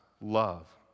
love